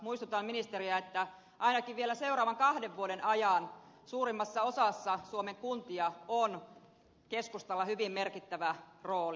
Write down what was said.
muistutan ministeriä että ainakin vielä seuraavan kahden vuoden ajan suurimmassa osassa suomen kuntia on keskustalla hyvin merkittävä rooli